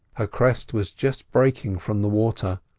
her crest was just breaking from the water,